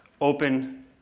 open